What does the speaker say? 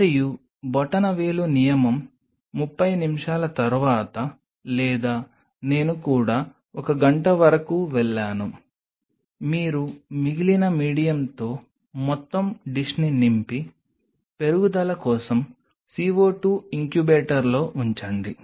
మరియు బొటనవేలు నియమం 30 నిమిషాల తర్వాత లేదా నేను కూడా ఒక గంట వరకు వెళ్ళాను మీరు మిగిలిన మీడియంతో మొత్తం డిష్ని నింపి పెరుగుదల కోసం CO 2 ఇంక్యుబేటర్లో ఉంచండి